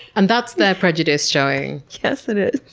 and that's their prejudice showing. yes, it is.